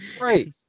Right